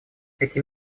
эти